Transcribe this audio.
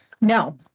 No